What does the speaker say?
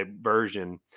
version